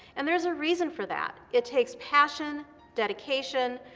and there's a reason for that. it takes passion, dedication,